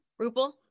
rupal